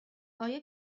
آیا